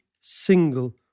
single